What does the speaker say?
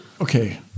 okay